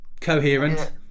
coherent